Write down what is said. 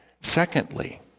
Secondly